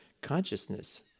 consciousness